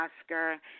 Oscar